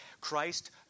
Christ